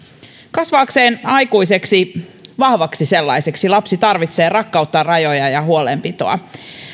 kasvaakseen aikuiseksi vahvaksi sellaiseksi lapsi tarvitsee rakkautta rajoja ja huolenpitoa